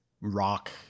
rock